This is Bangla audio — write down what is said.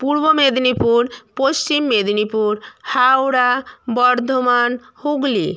পূর্ব মেদিনীপুর পশ্চিম মেদিনীপুর হাওড়া বর্ধমান হুগলি